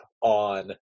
on